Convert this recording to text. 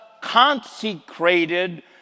consecrated